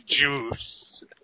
juice